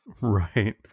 Right